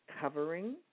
covering